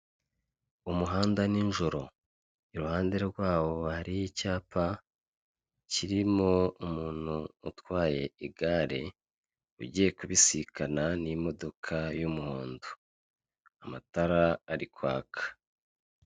Kigali Kibagabaga hari inzu ikodeshwa ifite ibyumba bitanu. Ikodeshwa mu madolari magana abiri na mirongo ine, mu gihe kingana n'ukwezi kumwe konyine.